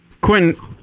Quentin